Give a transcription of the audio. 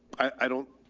i don't,